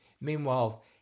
Meanwhile